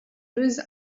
use